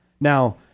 Now